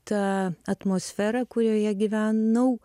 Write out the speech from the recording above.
tą atmosferą kurioje gyvenau